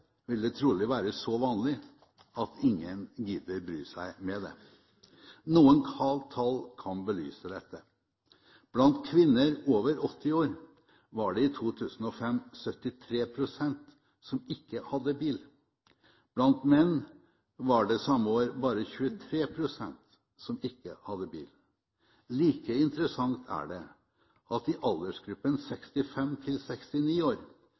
vil det trolig være så vanlig at ingen gidder å bry seg med det! Noen tall kan belyse dette: Blant kvinner over 80 år var det i 2005 73 pst. som ikke hadde bil. Blant menn var det samme år bare 23 pst. som ikke hadde bil. Like interessant er det at i aldersgruppen 65–69 år